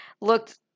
looked